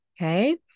Okay